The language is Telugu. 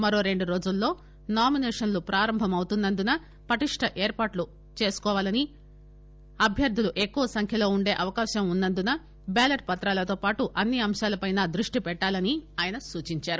మరో రెండు రోజుల్లో నామినేషన్లు ప్రారంభమవుతున్న ందున పటిష్ణ ఏర్పాట్లు చేసుకోవాలని అభ్యర్తులు ఎక్కువ సంఖ్యలో ఉండే అవకాశం ఉన్నందున బ్యాలెట్ పత్రాలతో పాటు అన్ని అంశాలపైన దృష్టి పెట్టాలని ఆయన సూచించారు